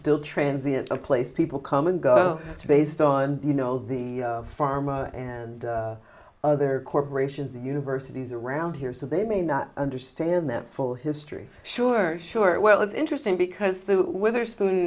still transit a place people come and go based on you know the farm and other corporations universities around here so they may not understand that full history sure sure well it's interesting because the witherspoon